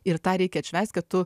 ir tą reikia atšvęst kad tu